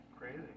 Crazy